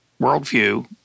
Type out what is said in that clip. worldview